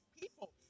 people